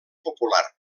popular